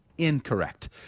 incorrect